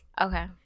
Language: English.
Okay